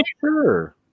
Sure